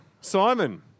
Simon